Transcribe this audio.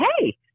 Hey